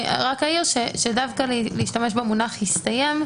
אני רק אעיר שדווקא להשתמש במונח "הסתיים",